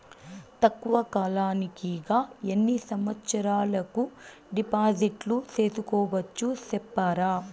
తక్కువ కాలానికి గా ఎన్ని సంవత్సరాల కు డిపాజిట్లు సేసుకోవచ్చు సెప్తారా